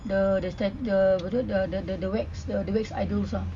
the the the apa tu the the the wax the wax idols ah